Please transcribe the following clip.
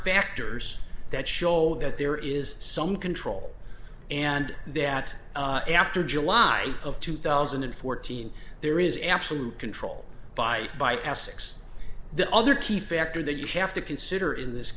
factors that show that there is some control and that after july of two thousand and fourteen there is absolute control by by classics the other key factor that you have to consider in this